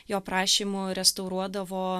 jo prašymu restauruodavo